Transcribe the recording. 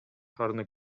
шаарына